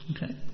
Okay